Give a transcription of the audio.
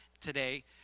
today